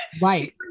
Right